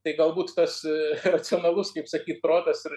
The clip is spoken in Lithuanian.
tai galbūt tas iracionalus kaip sakei protas ir